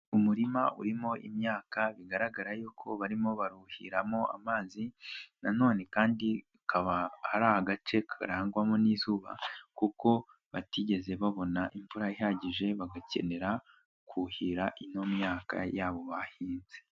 Umurima urimo imyaka bigaragara yuko barimo baruhiramo amazi na none kandiba ari agace karangwamo n'izuba kuko batigeze babona imvura ihagije, bagakenera kuhira ino myaka yabo bahinze.